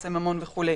יחסי ממון וכו'.